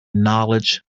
acknowledge